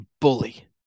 bully